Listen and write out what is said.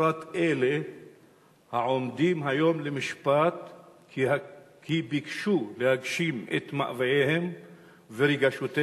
ובפרט אלה העומדים היום למשפט כי ביקשו להגשים את מאווייהם ורגשותיהם